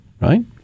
right